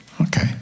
okay